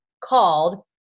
called